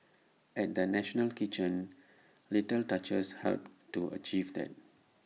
at the national kitchen little touches helped to achieve that